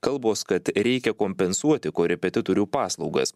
kalbos kad reikia kompensuoti korepetitorių paslaugas